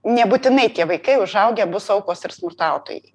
nebūtinai tie vaikai užaugę bus aukos ir smurtautojai